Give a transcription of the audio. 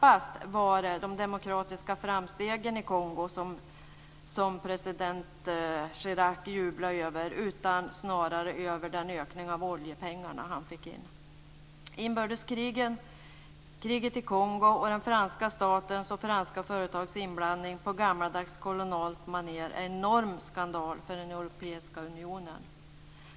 Det var knappast de demokratiska framstegen i Kongo som president Chirac jublade över utan snarare över den ökning av oljepengarna han fick in. Inbördeskriget i Kongo och den franska statens och franska företags inblandning på gammaldags kolonialt maner är en enorm skandal för den europeiska unionen.